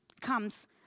comes